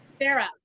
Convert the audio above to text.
Sarah